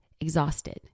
exhausted